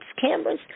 cameras